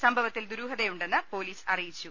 സംഭവത്തിൽ ദുരൂഹതയുണ്ടെന്ന് പൊലീസ് അറിയിച്ചു